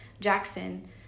jackson